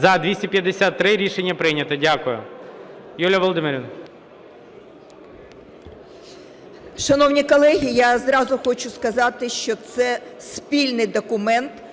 За-253 Рішення прийнято. Дякую.